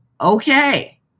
Okay